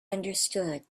understood